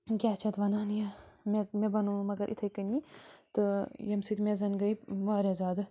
کیٛاہ چھِ یَتھ وَنان یہِ مےٚ مےٚ بنو مگر یِتھے کٔنی تہٕ ییٚمہِ سۭتۍ مےٚ زن گٔے وارِیاہ زیادٕ